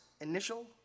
initial